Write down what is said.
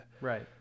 right